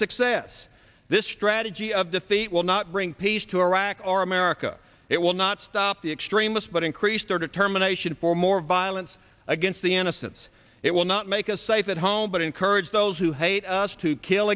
success this strategy of defeat will not bring peace to iraq or america it will not stop the extremists but increase their determination for more violence against the essence it will not make us safe at home but encourage those who hate us to kill